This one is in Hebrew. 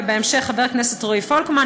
ובהמשך חבר הכנסת רועי פולקמן,